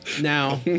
now